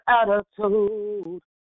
attitude